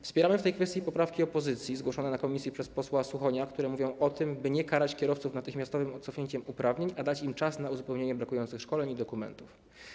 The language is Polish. Wspieramy w tej kwestii poprawki opozycji zgłoszone na posiedzeniu komisji przez posła Suchonia, które mówią o tym, by nie karać kierowców natychmiastowym cofnięciem uprawnień, a dać im czas na uzupełnienie brakujących szkoleń i dokumentów.